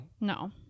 No